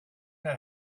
that